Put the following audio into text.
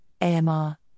AMR